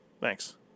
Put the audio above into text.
Thanks